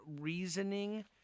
reasoning